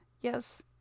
Yes